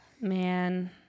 man